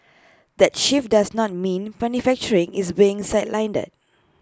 that shift does not mean manufacturing is being sidelined